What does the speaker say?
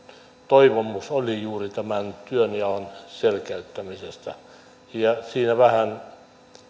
toivomus juuri tämän työnjaon selkeyttämisestä siinä